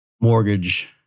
mortgage